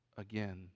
again